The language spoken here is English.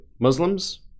Muslims